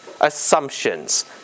assumptions